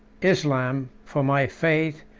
islam for my faith,